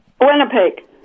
Winnipeg